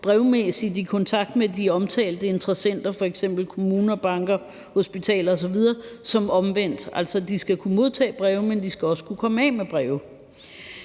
brevmæssigt i kontakt med de omtalte interessenter, f.eks. kommuner, banker, hospitaler osv., som det omvendte er tilfældet. Altså, de skal kunne modtage breve, men de skal også kunne komme af med breve.